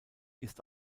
ist